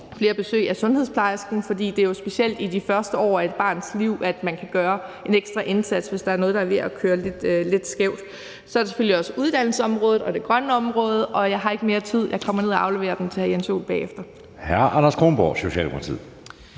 flere besøg af sundhedsplejersken, for det er jo specielt i de første år af et barns liv, at man kan gøre en ekstra indsats, hvis der er noget, der er ved at køre lidt skævt. Så er der selvfølgelig også uddannelsesområdet og det grønne område – og jeg har ikke mere tid. Jeg kommer ned og afleverer det til hr. Jens Joel